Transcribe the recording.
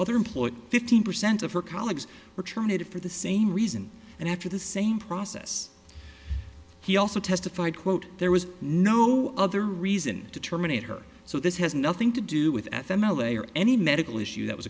other employees fifteen percent of her colleagues were terminated for the same reason and after the same process he also testified quote there was no other reason to terminate her so this has nothing to do with f m l a or any medical issue that was